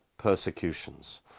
persecutions